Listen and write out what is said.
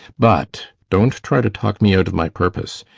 but don't try to talk me out of my purpose!